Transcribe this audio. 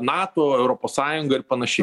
nato europos sąjunga ir panašiai